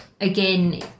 again